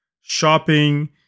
shopping